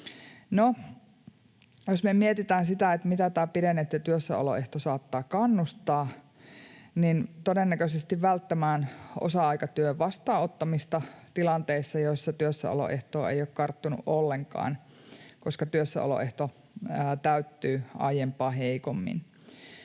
jos mietitään, mitä tämä pidennetty työssäoloehto saattaa kannustaa, niin todennäköisesti välttämään osa-aikatyön vastaanottamista tilanteissa, joissa työssäoloehtoa ei ole karttunut ollenkaan, koska työssäoloehto täyttyy aiempaa heikommin.